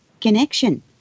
connection